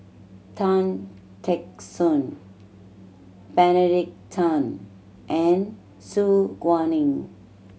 Tan Teck Soon Benedict Tan and Su Guaning